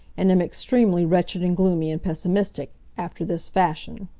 and am extremely wretched and gloomy and pessimistic, after this fashion